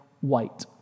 white